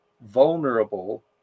vulnerable